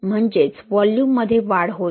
म्हणजेच व्हॉल्यूममध्ये वाढ होईल